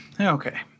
Okay